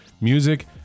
music